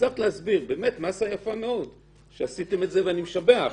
הצלחת להסביר מסה יפה שעשיתם את זה, ואני משבח.